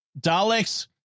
Daleks